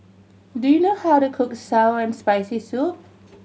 do you know how to cook sour and Spicy Soup